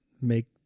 make